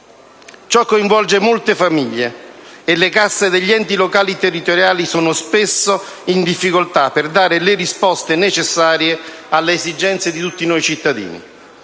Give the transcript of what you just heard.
Ciò coinvolge molte famiglie e le casse degli enti locali-territoriali sono spesso in difficoltà per dare le risposte necessarie alle esigenze di tutti noi cittadini.